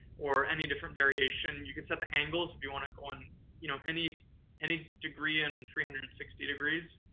or any different variation. you can set the angle, so if you want it on you know any any degree in three hundred and sixty degrees.